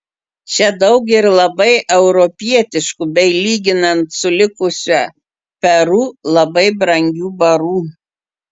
čia daug ir labai europietiškų bei lyginant su likusia peru labai brangių barų